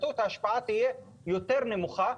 ההשפעה תהיה יותר נמוכה,